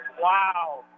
Wow